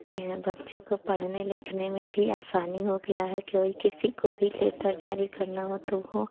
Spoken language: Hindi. ते हैं बच्चों को पढ़ने लिखने में भी आसानी हो ग है कोई किसी को भी लेटर जारी करना हो तो वह